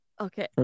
Okay